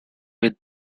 with